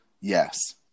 Yes